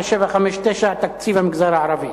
שאילתא מס' 759: תקציב המגזר הערבי.